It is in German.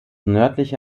nördliche